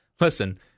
Listen